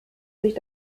sich